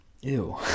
Ew